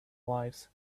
lives